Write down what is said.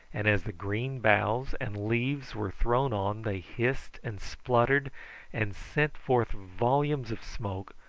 and as the green boughs and leaves were thrown on they hissed and spluttered and sent forth volumes of smoke,